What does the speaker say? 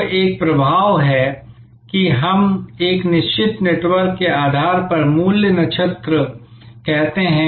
तो एक प्रभाव है कि हम एक निश्चित नेटवर्क के आधार पर मूल्य नक्षत्र कहते हैं